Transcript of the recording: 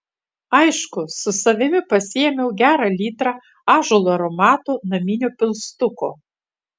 aišku su savimi pasiėmiau gerą litrą ąžuolo aromato naminio pilstuko